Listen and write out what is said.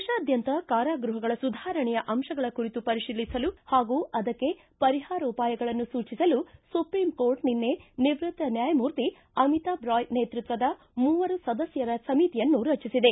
ದೇಶಾದ್ಯಂತ ಕಾರಾಗೃಹಗಳ ಸುಧಾರಣೆಯ ಅಂಶಗಳ ಕುರಿತು ಪರಿಶೀಲಿಸಲು ಹಾಗೂ ಅದಕ್ಕೆ ಪರಿಹಾರೋಪಾಯಗಳನ್ನು ಸೂಚಿಸಲು ಸುಪ್ರೀಂಕೋರ್ಟ್ ನಿನ್ನೆ ನಿವೃತ್ತ ನ್ಯಾಯಮೂರ್ತಿ ಅಮಿತಾಬ್ ರಾಯ್ ನೇತೃತ್ವದ ಮೂವರು ಸದಸ್ಯರ ಸಮಿತಿಯನ್ನು ರಚಿಸಿದೆ